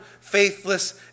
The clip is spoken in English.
faithless